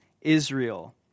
Israel